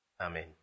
Amen